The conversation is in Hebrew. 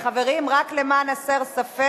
תודה רבה לך, חבר הכנסת אריה ביבי.